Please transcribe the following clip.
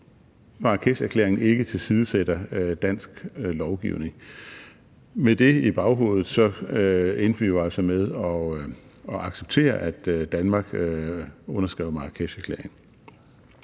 Marrakesherklæringen ikke tilsidesætter dansk lovgivning. Med det i baghovedet endte vi jo altså med at acceptere, at Danmark underskrev Marrakesherklæringen.